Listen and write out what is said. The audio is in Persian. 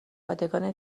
پادگان